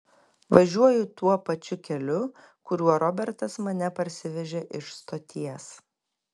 važiuoju tuo pačiu keliu kuriuo robertas mane parsivežė iš stoties